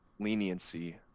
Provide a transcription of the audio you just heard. leniency